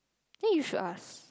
then you should ask